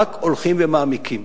רק הולכים ומעמיקים.